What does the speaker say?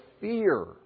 fear